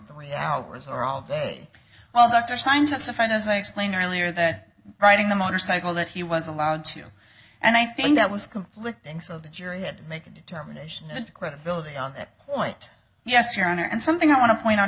three hours or all day well dr scientists are fine as i explained earlier that riding a motorcycle that he was allowed to and i think that was conflicting so the jury had to make a determination of credibility on that point yes your honor and something i want to point o